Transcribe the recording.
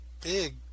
big